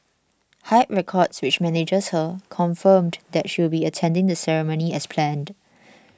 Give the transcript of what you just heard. Hype Records which manages her confirmed that she would be attending the ceremony as planned